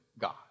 God